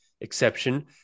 exception